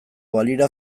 balira